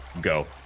go